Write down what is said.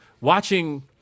watching